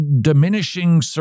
diminishing